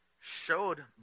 showed